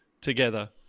together